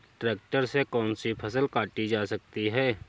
Tractor से कौन सी फसल काटी जा सकती हैं?